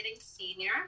senior